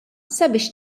sabiex